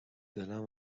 دلم